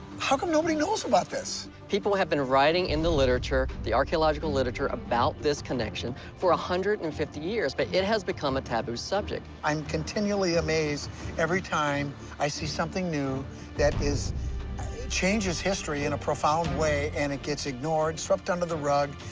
how come nobody knows about this? people have been writing in the literature the archaeological literature about this connection for one ah hundred and fifty years, but it has become a taboo subject. i am continually amazed every time i see something new that is changes history in a profound way, and it gets ignored, swept under the rug,